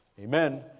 Amen